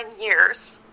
years